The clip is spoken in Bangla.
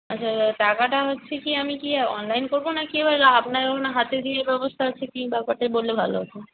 আচ্ছা টাকাটা হচ্ছে কি আমি কি অনলাইন করবো না কি আপনার ওখানে হাতে দেওয়ার ব্যবস্থা আছে কি ব্যাপারটা বললে ভালো হতো